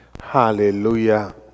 Hallelujah